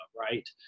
right